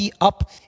up